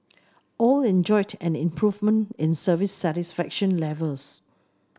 all enjoyed an improvement in service satisfaction levels